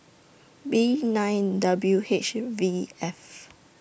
B nine W H V F